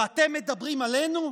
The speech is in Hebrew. ואתם מדברים עלינו?